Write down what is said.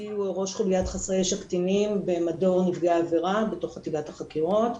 אני ראש חוליית חסרי ישע קטינים במדור נפגעי עבירה בתוך חטיבת החקירות,